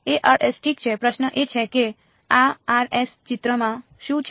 s ઠીક છે પ્રશ્ન એ છે કે આ s ચિત્રમાં શું છે